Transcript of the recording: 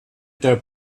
der